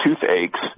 toothaches